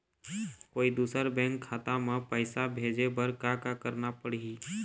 कोई दूसर बैंक खाता म पैसा भेजे बर का का करना पड़ही?